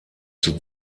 zur